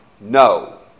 No